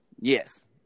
Yes